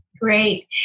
Great